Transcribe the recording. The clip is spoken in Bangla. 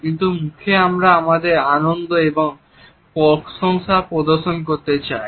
কিন্তু মুখে আমরা আমাদের আনন্দ এবং প্রশংসা প্রদর্শন করতে চাই